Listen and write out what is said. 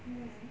well